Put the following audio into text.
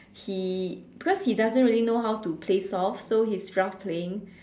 he because he doesn't really know how to play soft so he's rough playing